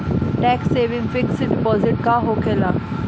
Tax saving fix deposit का होखे ला?